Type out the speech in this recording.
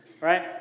right